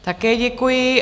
Také děkuji.